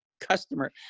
customer